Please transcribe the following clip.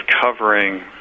covering